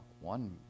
one